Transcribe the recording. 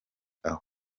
aho